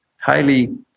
highly